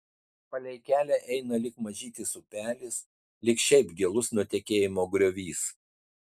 palei kelią eina lyg mažytis upelis lyg šiaip gilus nutekėjimo griovys